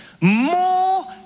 more